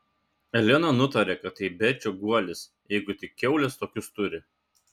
elena nutarė kad tai berčio guolis jeigu tik kiaulės tokius turi